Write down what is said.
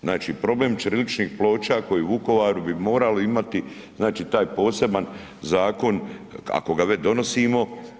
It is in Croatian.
Znači, problem ćiriličnih ploča koji u Vukovaru bi morali imati znači taj poseban zakon ako ga već donosimo.